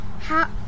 How-